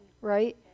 right